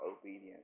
obedience